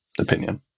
opinion